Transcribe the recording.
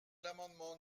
l’amendement